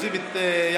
38,